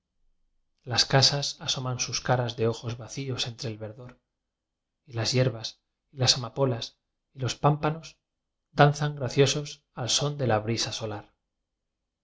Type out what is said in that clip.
las casas asoman sus caras de ojos va cíos entre el verdor y las hierbas y las ama polas y los pámpanos danzan graciosos al son de la brisa solar